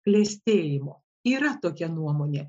klestėjimo yra tokia nuomonė